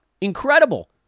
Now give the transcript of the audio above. Incredible